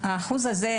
שהאחוז הזה,